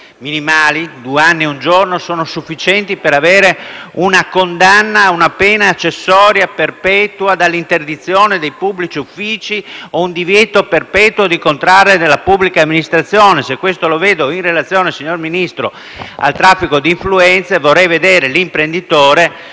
minimali: due anni e un giorno sono sufficienti per avere una condanna a una pena accessoria perpetua dell'interdizione dei pubblici uffici o un divieto perpetuo di contrarre con la pubblica amministrazione. Se questo lo vedo in relazione al traffico di influenze illecite, signor